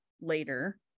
later